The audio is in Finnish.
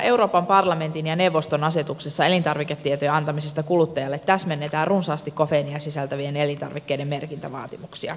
euroopan parlamentin ja neuvoston uudessa asetuksessa elintarviketietojen antamisesta kuluttajalle täsmennetään runsaasti kofeiinia sisältävien elintarvikkeiden merkintävaatimuksia